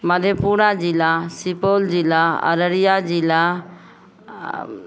मधेपुरा जिला सुपौल जिला अररिया जिला